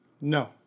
No